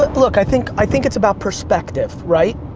look, i think i think it's about perspective, right?